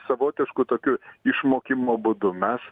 savotišku tokiu išmokimo būdu mes